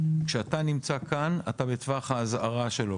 כשאתה נמצא כאן אתה בטווח האזהרה שלו.